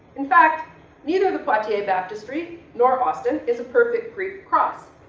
in fact neither the poitiers baptistry nor austin is a perfect greek cross.